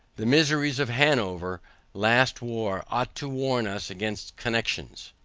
the miseries of hanover last war ought to warn us against connexions.